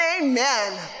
amen